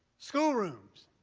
school rooms,